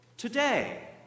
Today